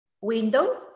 window